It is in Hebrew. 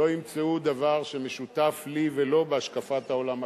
לא ימצאו דבר שמשותף לי ולו בהשקפת העולם הכלכלית.